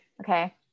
okay